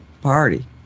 party